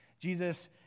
Jesus